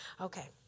Okay